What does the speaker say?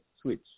switch